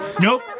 nope